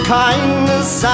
kindness